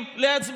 היה פעם"